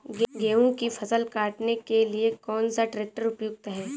गेहूँ की फसल काटने के लिए कौन सा ट्रैक्टर उपयुक्त है?